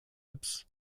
ups